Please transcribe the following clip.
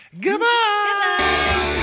Goodbye